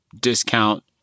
discount